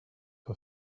for